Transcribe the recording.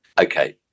okay